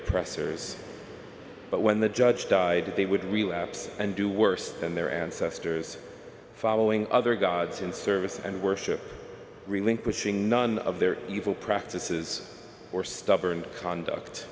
oppressors but when the judge died they would relapse and do worse and their ancestors following other gods in service and worship relinquishing none of their evil practices or stubborn conduct